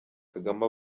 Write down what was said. kagame